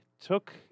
took